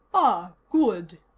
ah. good,